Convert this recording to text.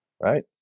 right